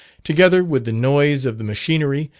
together with the noise of the machinery,